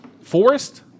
Forest